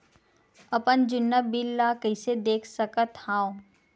अपन जुन्ना बिल ला कइसे देख सकत हाव?